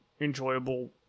enjoyable